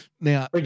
Now